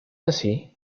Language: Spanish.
así